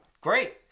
Great